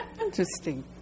Interesting